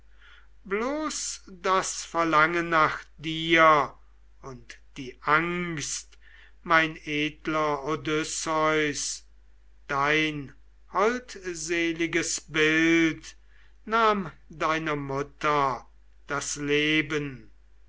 das verlangen nach dir und die angst mein edler odysseus dein holdseliges bild nahm deiner mutter das leben